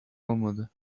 olmadı